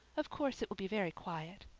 of course it will be very quiet.